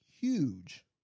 huge